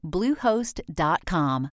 Bluehost.com